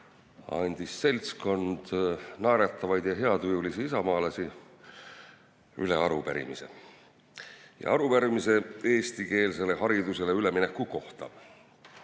andis seltskond naeratavaid ja heatujulisi isamaalasi üle arupärimise – arupärimise eestikeelsele haridusele ülemineku kohta.